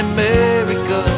America